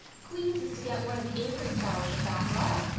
queen's is to get one of the avery scholarships after all.